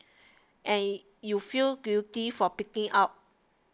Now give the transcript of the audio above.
and you feel guilty for pigging out